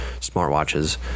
smartwatches